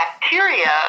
bacteria